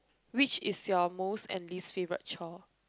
which is your most and least favourite chore